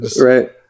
Right